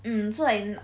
um so I